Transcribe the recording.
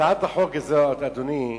הצעת החוק הזאת, אדוני,